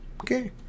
okay